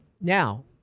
Now